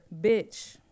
bitch